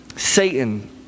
Satan